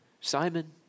Simon